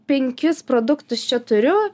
penkis produktus čia turiu